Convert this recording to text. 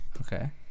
Okay